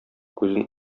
күзен